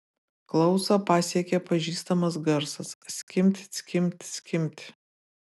klausą pasiekė pažįstamas garsas skimbt skimbt skimbt